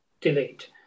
delete